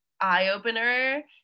eye-opener